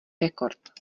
rekord